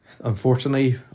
Unfortunately